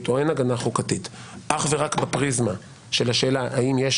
או אין הגנה חוקתית אך ורק בפריזמה של השאלה האם יש